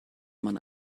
man